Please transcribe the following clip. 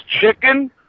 Chicken